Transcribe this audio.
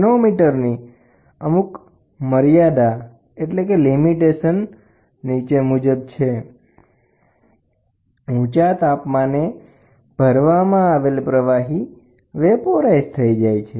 મેનોમીટરની અમુક મર્યાદા નીચે મુજબ છે ઊંચા શૂન્યવકાશે અથવા તાપમાને ભરવામાં આવેલ પ્રવાહીનું બાષ્પીભવન થઈ જાય છે